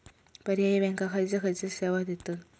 पर्यायी बँका खयचे खयचे सेवा देतत?